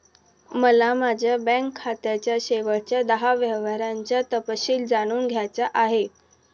मला माझ्या बँक खात्याच्या शेवटच्या दहा व्यवहारांचा तपशील जाणून घ्यायचा आहे